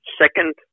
second